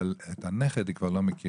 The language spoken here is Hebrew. אבל את הנכד היא כבר לא מכירה.